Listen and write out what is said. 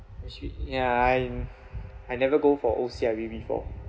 actually ya and I never go for O_C_I_P before